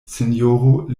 sinjoro